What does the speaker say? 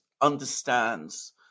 understands